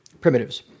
primitives